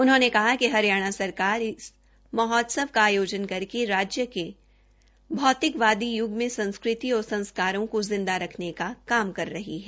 उन्होंने कहा कि हरियाणा सरकार इस महोत्सव का आयोजन करके आज के भौतिकवादी युग में संस्कृति और संस्कारों को जिंदा रखने का काम कर रही है